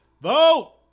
vote